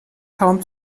kaum